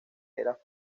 era